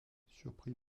surpris